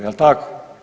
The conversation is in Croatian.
Jel' tako?